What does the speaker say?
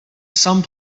some